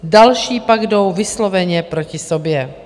Další pak jdou vysloveně proti sobě.